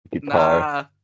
Nah